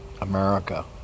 America